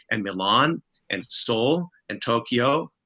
and milan and seoul and tokyo.